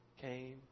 came